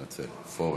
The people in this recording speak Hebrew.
לא פוּרר, פוֹרר.